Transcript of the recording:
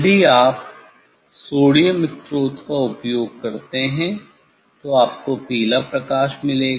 यदि आप सोडियम स्रोत का उपयोग करते हैं तो आपको पीला प्रकाश मिलेगा